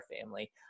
family